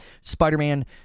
Spider-Man